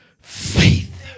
faith